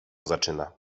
zaczyna